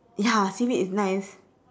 ya I've seen it it's nice